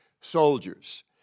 soldiers